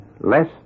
less